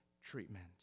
treatment